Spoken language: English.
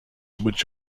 which